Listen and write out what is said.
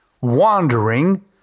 wandering